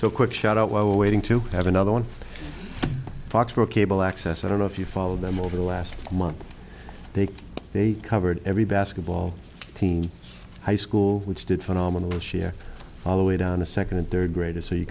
so quick shout out while waiting to have another one foxboro cable access i don't know if you followed them over the last month they they covered every basketball team high school which did phenomenal share all the way down a second and third graders so you